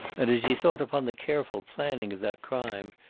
and as he thought upon the careful planning of that crime,